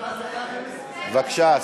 בבקשה.